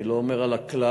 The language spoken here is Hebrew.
אני לא אומר על הכלל,